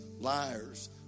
liars